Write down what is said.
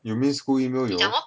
you mean school email 有